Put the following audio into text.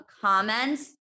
comments